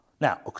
Now